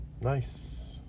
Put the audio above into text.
nice